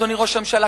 אדוני ראש הממשלה,